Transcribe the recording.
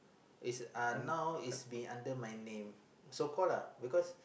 it's uh now it's been under my name so called lah because